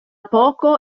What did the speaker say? poco